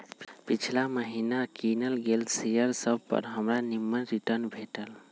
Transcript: पिछिला महिन्ना किनल गेल शेयर सभपर हमरा निम्मन रिटर्न भेटल